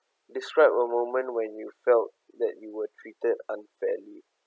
describe a moment when you felt that you were treated unfairly